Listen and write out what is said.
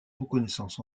reconnaissance